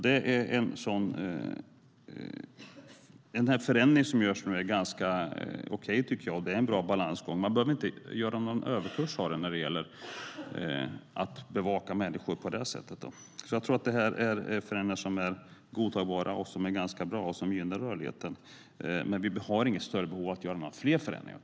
Den förändring som görs tycker jag är ganska okej. Det är en bra balansgång. Man behöver inte göra någon överkurs av det när det gäller att bevaka människor på det sättet. Det handlar alltså om godtagbara förändringar som gynnar rörligheten. Vi har inget större behov av att göra några fler förändringar.